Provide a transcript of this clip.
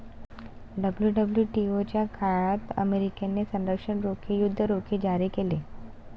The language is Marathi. डब्ल्यू.डब्ल्यू.टी.ओ च्या काळात अमेरिकेने संरक्षण रोखे, युद्ध रोखे जारी केले